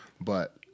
But-